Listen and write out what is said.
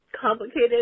complicated